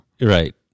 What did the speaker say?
Right